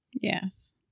Yes